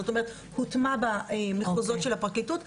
זאת אומרת, הוטמע במחוזות של הפרקליטות.